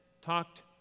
talked